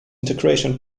integration